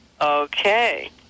Okay